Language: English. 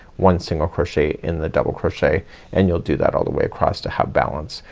one single crochet in the double crochet and you'll do that all the way across to have balance.